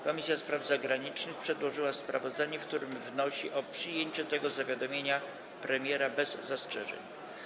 Komisja Spraw Zagranicznych przedłożyła sprawozdanie, w którym wnosi o przyjęcie tego zawiadomienia premiera bez zastrzeżeń.